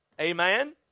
Amen